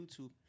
YouTube